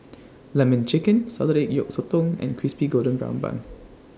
Lemon Chicken Salted Egg Yolk Sotong and Crispy Golden Brown Bun